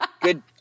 good